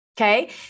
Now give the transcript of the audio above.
okay